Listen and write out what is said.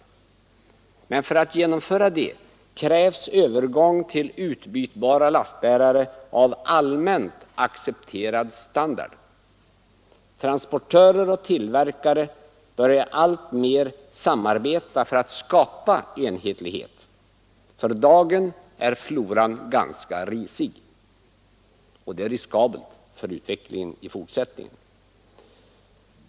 Men för att man skall kunna genomföra detta krävs övergång till utbytbara lastbärare av allmänt accepterad standard. Transportörer och tillverkare börjar alltmer samarbeta för att skapa enhetlighet. För dagen är floran ganska risig, och det är riskabelt för utvecklingen i fortsättningen.